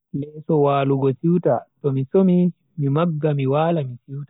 Leso walugo siwta, to mi somi mi magga mi wala mi siwta.